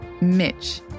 Mitch